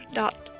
dot